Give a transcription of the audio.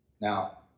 now